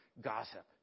Gossip